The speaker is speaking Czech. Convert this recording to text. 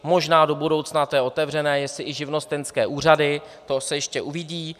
Možná do budoucna, to je otevřené, jestli i živnostenské úřady, to se ještě uvidí.